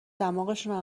دماغشونو